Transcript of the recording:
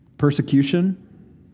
persecution